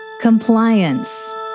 Compliance